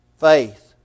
Faith